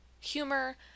humor